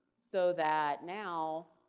so that now,